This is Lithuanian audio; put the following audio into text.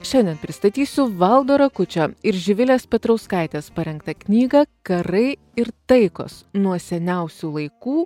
šiandien pristatysiu valdo rakučio ir živilės petrauskaitės parengtą knygą karai ir taikos nuo seniausių laikų